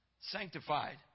Sanctified